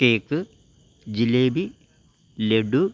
cake jalebi laddu